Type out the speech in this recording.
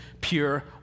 pure